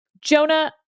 Jonah